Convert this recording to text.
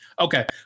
okay